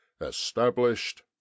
established